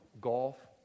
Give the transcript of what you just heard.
golf